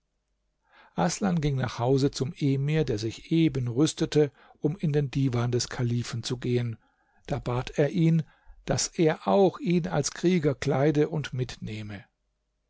aßlan ging nach hause zum emir der sich eben rüstete um in den divan des kalifen zu gehen da bat er ihn daß er auch ihn als krieger kleide und mitnehme